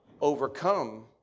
overcome